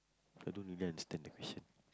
I don't really understand the question